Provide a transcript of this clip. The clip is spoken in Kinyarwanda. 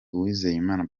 uwizeyimana